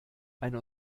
ein